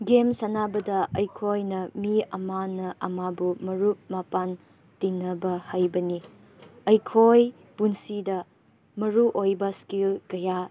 game ꯁꯥꯟꯅꯕꯗ ꯑꯩꯈꯣꯏꯅ ꯃꯤ ꯑꯃꯅ ꯑꯃꯕꯨ ꯃꯔꯨꯞ ꯃꯄꯥꯡ ꯇꯤꯟꯅꯕ ꯍꯥꯏꯕꯅꯦ ꯑꯩꯈꯣꯏ ꯄꯨꯟꯁꯤꯗ ꯃꯔꯨ ꯑꯣꯏꯕ ꯏꯁꯀꯤꯜ ꯀꯌꯥ